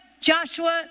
Joshua